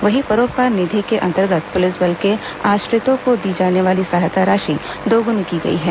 वहीं परोपकार निधि के अंतर्गत पुलिस बल के आश्रितों को दी जाने वाली सहायता राशि दोगुनी की गई है